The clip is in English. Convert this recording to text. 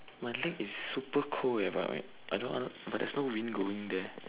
my leg is super cold eh but my I don't under but there's no wind going there